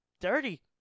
dirty